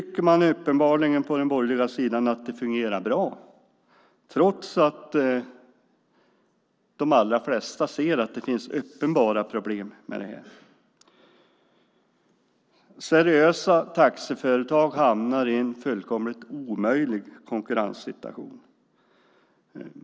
Från den borgerliga sidan tycker man uppenbarligen att det fungerar bra trots att de allra flesta ser att det finns uppenbara problem med detta. Seriösa taxiföretag hamnar i en fullkomligt omöjlig konkurrenssituation.